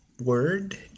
word